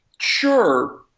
sure